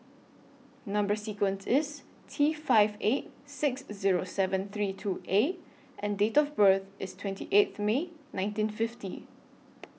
Number sequence IS T five eight six Zero seven three two A and Date of birth IS twenty eighth May nineteen fifty